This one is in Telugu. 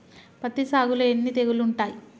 పత్తి సాగులో ఎన్ని తెగుళ్లు ఉంటాయి?